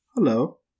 Hello